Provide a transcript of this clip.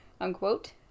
Unquote